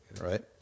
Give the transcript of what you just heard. Right